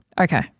Okay